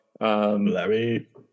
Larry